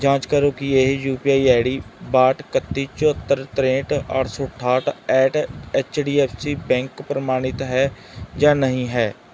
ਜਾਂਚ ਕਰੋ ਕਿ ਇਹ U P I I D ਬਾਹਠ ਇਕੱਤੀ ਚੁਹੱਤਰ ਤ੍ਰੇਹਠ ਅੱਠ ਸੌ ਅਠਾਹਠ at H D F C bank ਪ੍ਰਮਾਣਿਤ ਹੈ ਜਾਂ ਨਹੀਂ ਹੈ